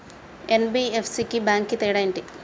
NBFC కి bank కి తేడా ఏంటి?